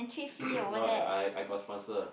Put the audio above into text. no I I got sponsor